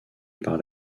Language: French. par